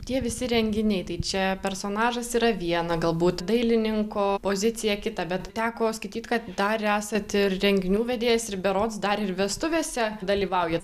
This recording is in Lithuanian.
tie visi renginiai tai čia personažas yra viena galbūt dailininko pozicija kita bet teko skaityt kad dar esat ir renginių vedėjas ir berods dar ir vestuvėse dalyvaujat